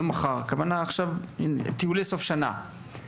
לא מחר הכוונה עכשיו טיולי סוף שנה,